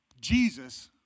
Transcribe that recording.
Jesus